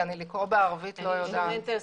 כי לקרוא בערבית אני לא יודעת.